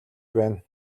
байна